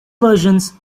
versions